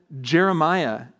Jeremiah